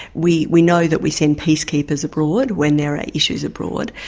we we know that we send peace-keepers abroad when there are issues abroad,